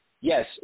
yes